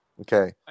okay